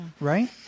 right